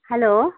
hello